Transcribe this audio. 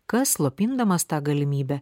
kas slopindamas tą galimybę